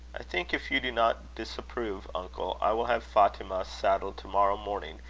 i think, if you do not disapprove, uncle, i will have fatima saddled to-morrow morning,